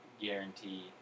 guarantee